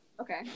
Okay